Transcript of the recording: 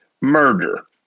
murder